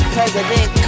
President